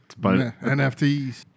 NFTs